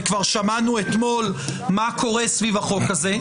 וכבר שמענו אתמול מה קורה סביב החוק הזה.